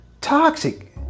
toxic